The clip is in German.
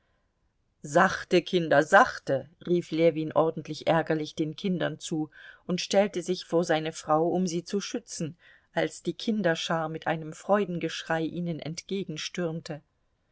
sachte kinder sachte rief ljewin ordentlich ärgerlich den kindern zu und stellte sich vor seine frau um sie zu schützen als die kinderschar mit einem freudengeschrei ihnen